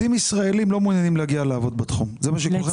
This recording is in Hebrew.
לא הגענו ל-55, אבל ניסינו להציע 45 ואפילו יותר.